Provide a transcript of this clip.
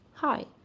Hi